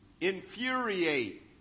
infuriate